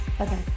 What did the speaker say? Okay